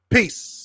Peace